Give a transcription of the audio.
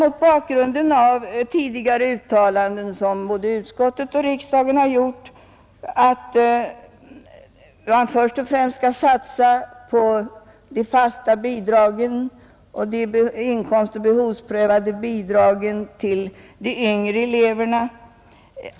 I tidigare uttalanden av både utskottet och riksdagen har ju förklarats att man när det gäller de yngre eleverna först och främst skall satsa på de fasta bidragen och de inkomstoch behovsprövade bidragen till yngre elever.